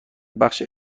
بخش